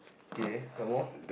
K some more